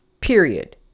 Period